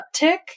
uptick